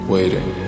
Waiting